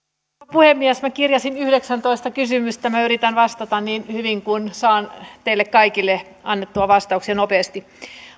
puhemies minä kirjasin yhdeksäntoista kysymystä minä yritän vastata niin hyvin kuin saan teille kaikille annettua vastauksia nopeasti